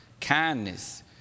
kindness